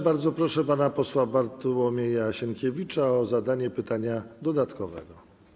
Bardzo proszę pana posła Bartłomieja Sienkiewicza o zadanie pytania dodatkowego.